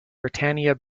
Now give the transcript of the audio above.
britannia